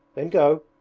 then go.